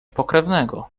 pokrewnego